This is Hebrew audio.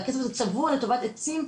והכסף הזה הוא צבוע לטובת עצים,